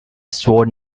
sword